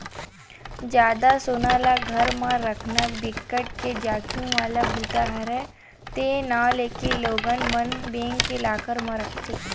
जादा सोना ल घर म राखना बिकट के जाखिम वाला बूता हरय ते नांव लेके लोगन मन बेंक के लॉकर म राखथे